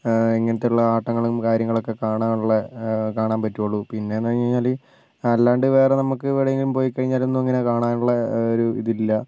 ഇങ്ങനത്തെ ഉള്ള ആട്ടങ്ങളും കാര്യങ്ങളൊക്കെ കാണാനുള്ള കാണാൻ പറ്റുള്ളൂ പിന്നെ എന്ന് പറഞ്ഞ് കഴിഞ്ഞാൽ അല്ലാണ്ട് വേറെ നമുക്ക് എവിടെയെങ്കിലും പോയിക്കഴിഞ്ഞാലൊന്നും കാണാനുള്ള ഒരിതില്ല